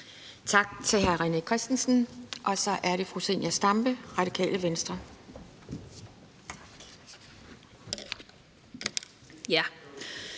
Tak til hr. René Christensen. Så er det fru Zenia Stampe, Radikale Venstre.